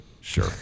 sure